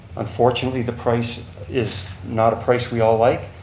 unfortunately the price is not a price we all like,